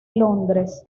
londres